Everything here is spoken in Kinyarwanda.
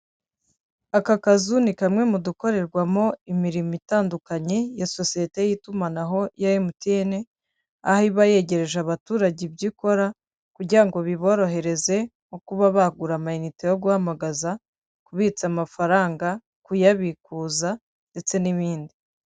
Aka kazu ni kamwe mu dukorerwamo imirimo itandukanye ya sosiyete y'itumanaho ya Emutiyene, aho iba yegereje abaturage ibyo ikora kugirango biborohereze nko kuba bagura amayinite yo guhamagaza, kubitsa amafaranga, kuyabikuza ndetse n'ibindi.